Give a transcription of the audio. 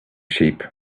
sheep